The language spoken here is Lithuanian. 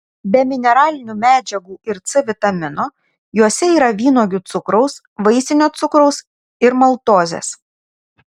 be mineralinių medžiagų ir c vitamino juose yra vynuogių cukraus vaisinio cukraus ir maltozės